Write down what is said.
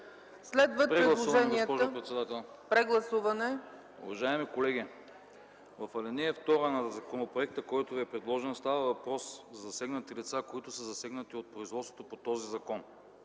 председател, моля за прегласуване. Уважаеми колеги, в ал. 2 на законопроекта, който ви е предложен, става въпрос за засегнати лица, които са засегнати от производството по този закон.